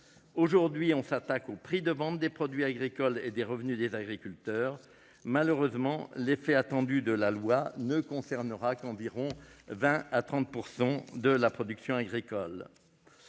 pas. On s'attaque ici au prix de vente des produits agricoles et aux revenus des agriculteurs ; malheureusement, l'effet attendu de la loi ne concernera que 20 % à 30 % de la production agricole.